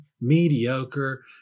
mediocre